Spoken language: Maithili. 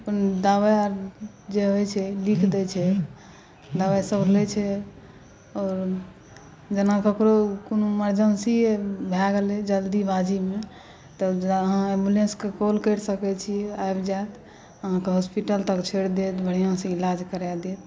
कोनो दबाइ आओर जे होइत छै लिख दैत छै दबाइसभ लैत छै आओर जेना ककरो कोनो इमर्जेन्सीये भए गेलै जल्दीबाजीमे तऽ जहाँ एम्बुलेंसकेँ कॉल करि सकैत छी आबि जायत अहाँकेँ हॉस्पिटल तक छोड़ि देत बढ़िआँसँ इलाज करा देत